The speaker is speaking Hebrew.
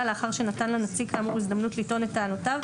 לאחר שנתן לנציג כאמור הזדמנות לטעון את טענותיו,